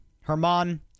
Herman